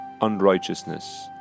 unrighteousness